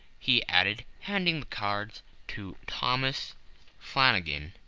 he added, handing the cards to thomas flanagan.